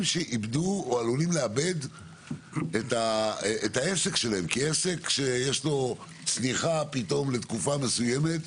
שאיבדו או עלולים לאבד את העסק שלהם כי עסק שיש בו צניחה לתקופה מסוימת,